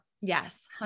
Yes